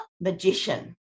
magician